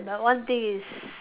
but one thing is